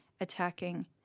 attacking